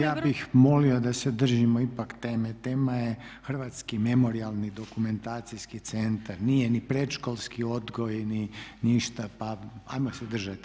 Ali ja bih molio da se držimo ipak teme, tema je Hrvatski memorijalni dokumentacijski centar, nije ni predškolski odgoj, ni ništa pa hajmo se držati teme.